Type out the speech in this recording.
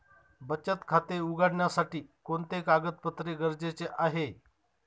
बचत खाते उघडण्यासाठी कोणते कागदपत्रे गरजेचे आहे?